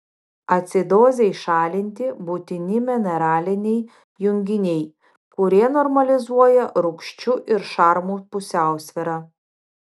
acidozei šalinti būtini mineraliniai junginiai kurie normalizuoja rūgščių ir šarmų pusiausvyrą